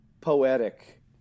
poetic